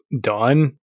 done